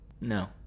No